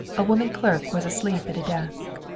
a woman clerk was asleep at a desk.